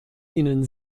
ihnen